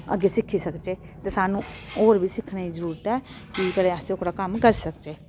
अग्गें सिक्खी सकचै ते सानूं होर बी सिक्खने दी जरूरत ऐ कि कदें अस ओह्कड़ा कम्म करी सकचै